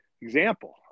example